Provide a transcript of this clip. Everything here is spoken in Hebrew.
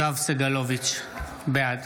יואב סגלוביץ' בעד